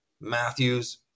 Matthews